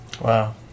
Wow